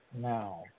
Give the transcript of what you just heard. now